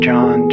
John